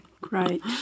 Great